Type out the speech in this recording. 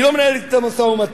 היא לא מנהלת אתם משא ומתן.